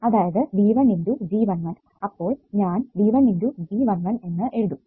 അതായത് V1 G11 അപ്പോൾ ഞാൻ V1 G11 എന്ന് എഴുത്തും